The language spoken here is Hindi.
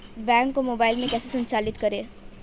बैंक को मोबाइल में कैसे संचालित करें?